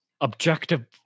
objective